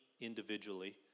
individually